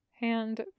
hand